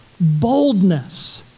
boldness